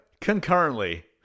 Concurrently